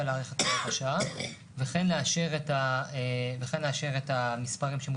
להאריך את הוראת השעה וכן לאשר את המספרים שמוצעים.